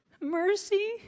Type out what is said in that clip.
mercy